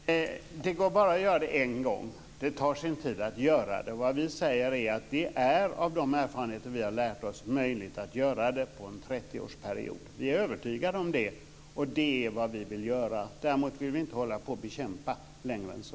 Fru talman! Det går bara att göra det en gång. Det tar sin tid att göra det. Vad vi säger är att av de erfarenheter som vi har lärt oss är det möjligt att göra det på en 30-årsperiod. Vi är övertygade om det. Det är vad vi vill göra. Däremot vill vi inte hålla på att bekämpa längre än så.